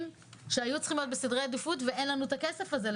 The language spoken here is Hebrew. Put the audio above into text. שהיו צריכים להיות בסדרי עדיפות ואין לנו את הכסף עבורם.